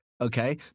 okay